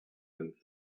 and